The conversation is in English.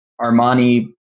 Armani